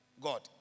God